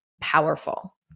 Powerful